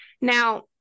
Now